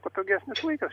patogesnis laikas